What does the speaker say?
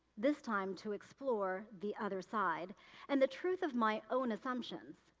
this time to explore the other side and the truth of my own assumptions.